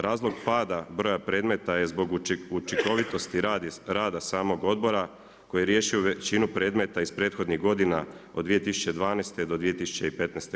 Razlog pada broja predmeta je zbog učinkovitosti rada samog odbora koji je riješio većinu predmeta iz prethodnih godina od 2012.-2015.